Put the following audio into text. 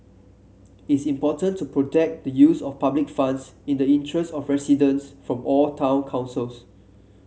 is important to protect the use of public funds in the interest of residents from all town councils